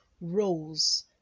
roles